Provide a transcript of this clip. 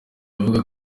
avuga